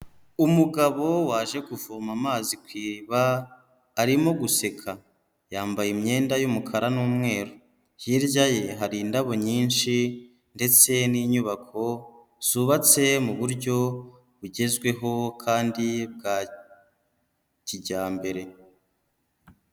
Umugabo waje kuvoma amazi ku iriba arimo guseka, yambaye imyenda y'umukara n'umweru. Hirya ye hari indabo nyinshi, ndetse n'inyubako zubatse mu buryo bugezweho, kandi bwa kijyambere.